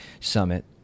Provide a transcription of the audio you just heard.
summit